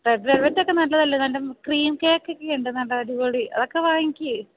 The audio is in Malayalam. റെഡ് വെൽവറ്റൊക്കെ നല്ലതല്ലെ നല്ല ക്രീം കേക്കൊക്കെയുണ്ട് നല്ല അടിപൊളി അതൊക്കെ വാങ്ങിക്ക്